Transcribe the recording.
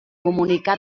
comunicar